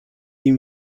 ihm